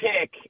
pick